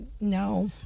no